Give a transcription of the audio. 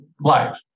life